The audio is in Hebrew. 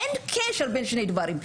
אין קשר בין שני הדברים.